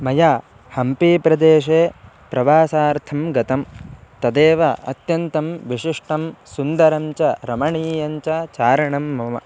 मया हम्पीप्रदेशे प्रवासार्थं गतं तदेव अत्यन्तं विशिष्टं सुन्दरञ्च रमणीयञ्च चारणं मम